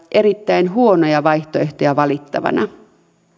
erittäin huonoja vaihtoehtoja valittavana